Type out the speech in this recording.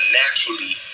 naturally